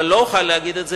אבל לא אוכל להגיד את זה,